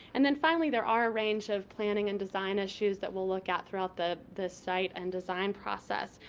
and then, finally, there are a range of planning and design issues that we'll look at throughout the the site and design process.